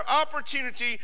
opportunity